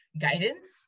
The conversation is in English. guidance